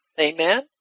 amen